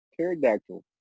Pterodactyl